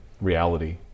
reality